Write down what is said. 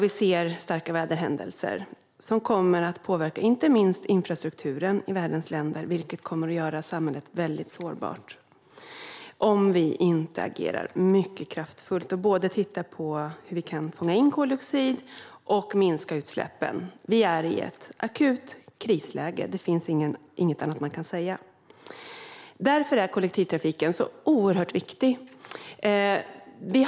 Vi ser starka väderhändelser som kommer att påverka inte minst infrastrukturen i världens länder, vilket kommer att göra samhället väldigt sårbart om vi inte agerar mycket kraftfullt och tittar på hur vi både kan fånga in koldioxid och minska utsläppen. Vi är i ett akut krisläge - det finns inget annat man kan säga. Därför är kollektivtrafiken så oerhört viktig.